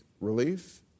relief